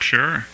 Sure